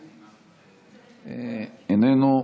איננו,